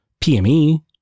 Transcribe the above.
PME